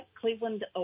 Cleveland